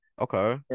Okay